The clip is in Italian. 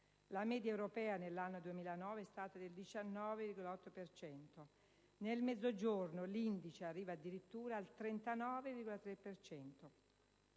La media europea nell'anno 2009 è stata del 19,8 per cento. Nel Mezzogiorno l'indice arriva addirittura al 39,3